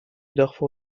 darfour